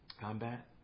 combat